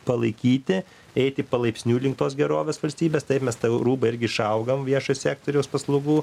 palaikyti eiti palaipsniui link tos gerovės valstybės taip mes tą jau rūbą irgi išaugom viešojo sektoriaus paslaugų